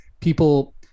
People